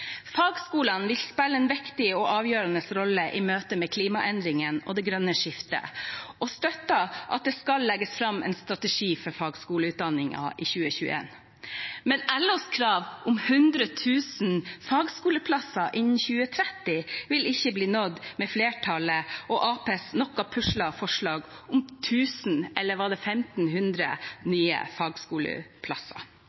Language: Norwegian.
Fagskolene vil spille en viktig og avgjørende rolle i møte med klimaendringene og det grønne skiftet, og SV støtter at det skal legges fram en strategi for fagskoleutdanningen i 2021. Men LOs krav om 100 000 fagskoleplasser innen 2030 vil ikke bli nådd med flertallet og Arbeiderpartiets noe puslete forslag om 1 000 – eller var det